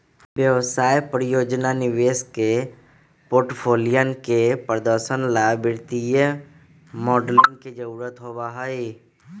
व्यवसाय, परियोजना, निवेश के पोर्टफोलियन के प्रदर्शन ला वित्तीय मॉडलिंग के जरुरत होबा हई